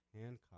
Hancock